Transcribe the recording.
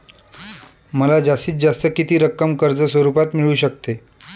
मला जास्तीत जास्त किती रक्कम कर्ज स्वरूपात मिळू शकते?